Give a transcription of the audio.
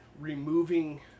removing